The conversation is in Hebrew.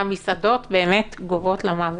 המסעדות באמת גוועות למוות.